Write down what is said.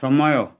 ସମୟ